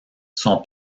son